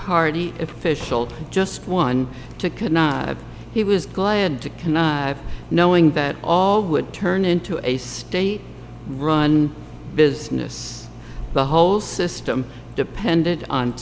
party official just one to could not he was glad to can knowing that all would turn into a state run business the whole system depended on